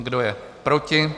Kdo je proti?